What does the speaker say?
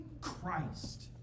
Christ